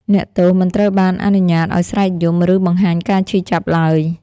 អ្នកទោសមិនត្រូវបានអនុញ្ញាតឱ្យស្រែកយំ ឬបង្ហាញការឈឺចាប់ឡើយ។